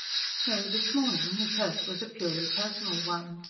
no, this morning his hurt was a purely personal one.